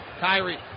Kyrie